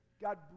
God